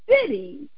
city